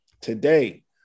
Today